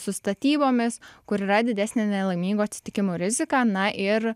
su statybomis kur yra didesnė nelaimingų atsitikimų rizika na ir